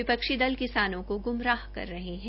विपक्षी दल किसानों को गुमराह कर रहे है